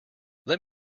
let